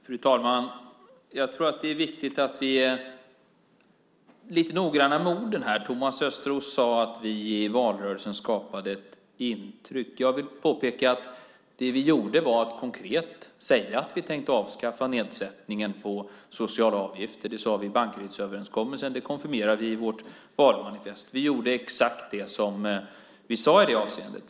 Fru talman! Jag tror att det är viktigt att vi är noggranna med orden. Thomas Östros sade att vi i valrörelsen skapade ett intryck. Jag vill påpeka att det vi gjorde var att konkret säga att vi tänkte avskaffa nedsättningen av de sociala avgifterna. Det sade vi i Bankerydsuppgörelsen, och det konfirmerade vi i vårt valmanifest. Vi gjorde exakt det som vi sade i det avseendet.